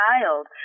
child